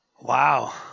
Wow